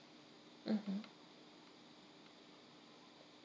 mmhmm